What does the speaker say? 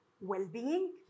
well-being